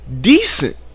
decent